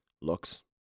Looks